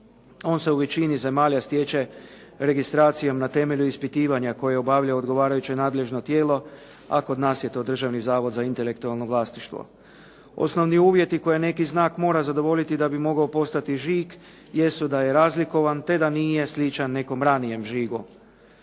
On se u većini zemalja stječe registracijom na temelju ispitivanja koje obavljaju odgovarajuća nadležna tijela, a kod nas je to Državni zavod za intelektualno vlasništvo. Osnovni uvjeti koje neki znam mora zadovoljiti da bi mogao postati žig jesu da je razlikovan te da nije sličan nekom ranijem žigu.